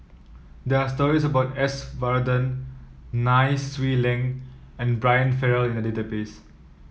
there are stories about S Varathan Nai Swee Leng and Brian Farrell in the database